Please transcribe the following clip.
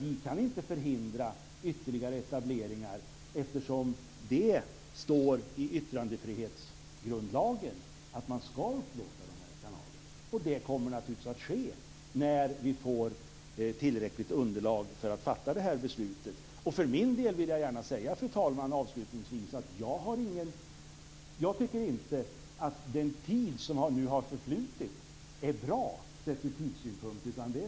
Vi kan inte förhindra ytterligare etableringar, eftersom det står i yttrandefrihetsgrundlagen att man skall upplåta de här kanalerna. Det kommer naturligtvis också att ske, när vi får tillräckligt underlag för att fatta det här beslutet. För min del, fru talman, vill jag gärna avslutningsvis säga att jag inte tycker att den tid som nu har förflutit är bra sett ur tidssynpunkt.